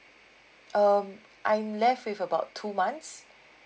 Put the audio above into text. um I'm left with about two months